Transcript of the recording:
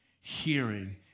hearing